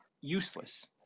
useless